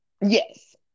Yes